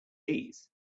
these